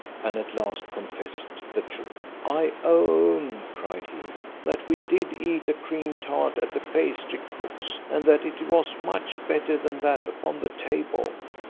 and at last confessed the truth i own, cried he, that we did eat a cream-tart at the pastry cook's, and that it was much better than that upon the table.